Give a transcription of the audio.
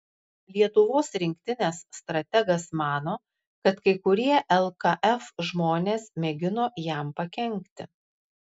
lietuvos rinktinės strategas mano kad kai kurie lkf žmonės mėgino jam pakenkti